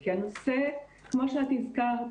כי הנושא כמו שאת הזכרת,